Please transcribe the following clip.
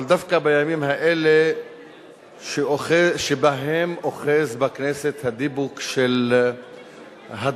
אבל דווקא בימים האלה שבהם אוחז בכנסת הדיבוק של הדרה,